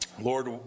Lord